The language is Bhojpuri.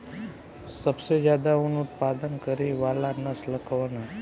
सबसे ज्यादा उन उत्पादन करे वाला नस्ल कवन ह?